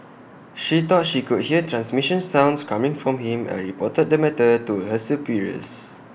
she thought she could hear transmission sounds coming from him and reported the matter to her superiors